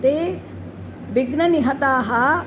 ते विघ्ननिहताः